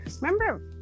Remember